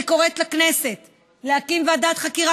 אני קוראת לכנסת להקים ועדת חקירה